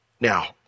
Now